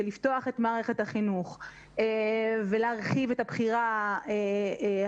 של לפתוח את מערכת החינוך ולהרחיב את הבחירה ההורית